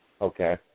Okay